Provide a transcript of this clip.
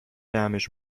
طعمش